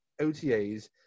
OTAs